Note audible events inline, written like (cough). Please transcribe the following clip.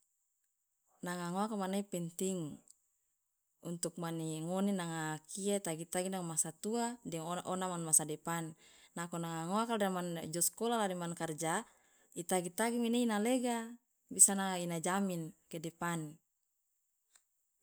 Nanga ngoaka mane penting untuk mani ngone nanga kia tagi tagi nanga masa tua de ona manga masa depan nako nanga ngoaka (hesitation) jo skola la de man karja itagi tagi mene ina lega bisa na ina jamin ke depan.